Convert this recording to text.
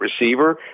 receiver